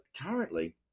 currently